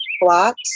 blocks